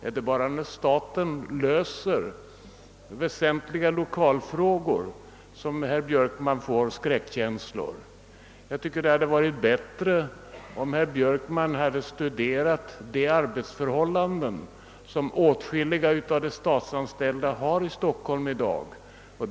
är det bara när staten löser lokalfrågor för verk och myndigheter som herr Björkman får skräckkänslor? Jag tycker det hade varit bättre om herr Björkman studerat de arbetsförhållanden som åtskilliga av de statsanställda i Stockholm har i dag.